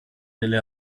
delle